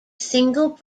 single